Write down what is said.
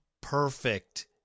perfect